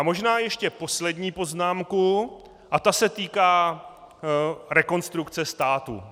Možná ještě poslední poznámku a ta se týká Rekonstrukce státu.